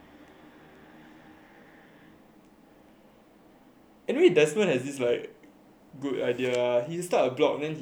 anyway that's one has this like good idea he started a log and then he asked like his friends to write for him